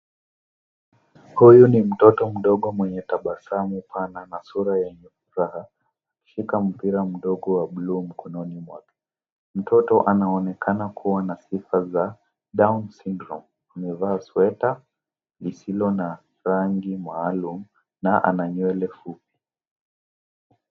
Huyu ni mtoto mdogo mwenye tabasamu pana na sura yenye furaha, ameshika mpira mdogo wa bluu mkononi mwake , mtoto anaonekana kuwa na sifa za down syndrome amevaa sweta lisilo na rangi maalum na ana nywele fupi.